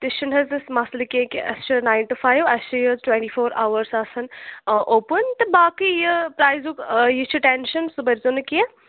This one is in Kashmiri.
تی چھُنہٕ حظ اَسہِ مسلہٕ کیٚنٛہہ کہِ اَسہِ چھُ ناین ٹُو فایِو اَسہِ چھِ یہِ ٹُوونٹی فور آوٲرٕس آسان اوٚپُن تہٕ باقٕے یہِ پرٮ۪زُک یہِ چھُ ٹٮ۪نشن سُہ بٔرزیو نہٕ کیٚنٛہہ